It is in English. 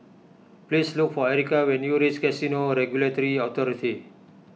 please look for Erika when you reach Casino Regulatory Authority